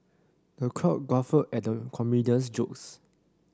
the crowd guffawed at the comedian's jokes